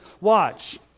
watch